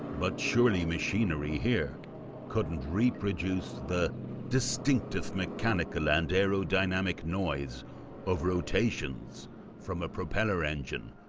but surely machinery here couldn't reproduce the distinctive mechanical and aerodynamic noise of rotations from a propeller engine,